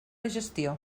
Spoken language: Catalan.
gestió